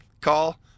call